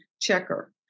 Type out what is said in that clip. checker